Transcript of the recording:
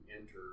enter